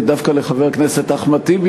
על הצעת החוק הזו דווקא לחבר הכנסת אחמד טיבי,